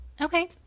Okay